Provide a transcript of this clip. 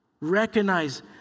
Recognize